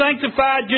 sanctified